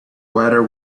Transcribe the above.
whether